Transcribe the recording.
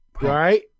Right